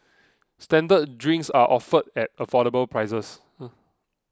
standard drinks are offered at affordable prices